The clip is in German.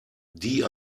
die